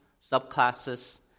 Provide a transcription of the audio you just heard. subclasses